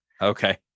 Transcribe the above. okay